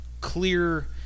clear